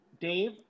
Dave